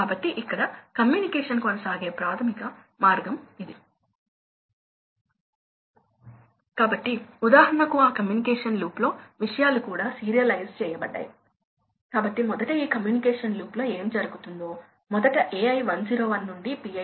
కాబట్టి మీరు ఈ పంపు గురించి ఇదే విధమైన విశ్లేషణ చేయండి ఇదే విషయం బయటకు వస్తుంది అంటే 1200 చూడండి హెడ్ అవసరం మరియు BHP అవసరం 25 25